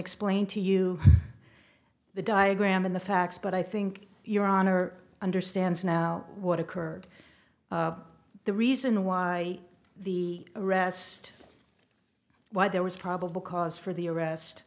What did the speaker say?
explain to you the diagram and the facts but i think your honor understands now what occurred the reason why the arrest why there was probable cause for the arrest